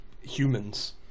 humans